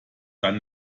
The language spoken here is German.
dann